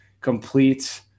complete